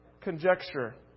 conjecture